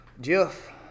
Jeff